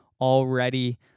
already